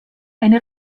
eine